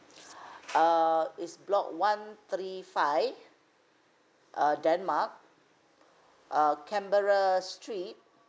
uh) it's block one three five uh denmark uh canberra street